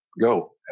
go